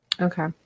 Okay